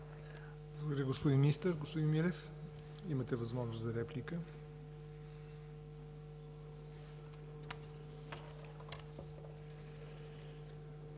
Благодаря, господин Министър. Господин Милев, имате възможност за реплика.